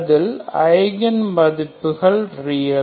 அதில் ஐகன் மதிப்புகள் ரியல்